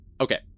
Okay